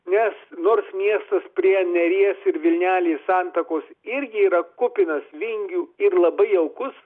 nes nors miestas prie neries ir vilnelės santakos irgi yra kupinas vingių ir labai jaukus